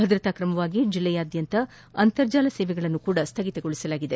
ಭದ್ರತಾ ಕ್ರಮವಾಗಿ ಜಿಲ್ಲೆಯಾದ್ವಂತ ಅಂತರ್ಜಾಲ ಸೇವೆಗಳನ್ನು ಸಹ ಸ್ಲಗಿತಗೊಳಿಸಲಾಗಿದೆ